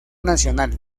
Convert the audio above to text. nacional